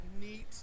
NEAT